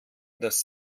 dass